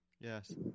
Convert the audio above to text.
Yes